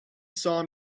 saw